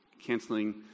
Canceling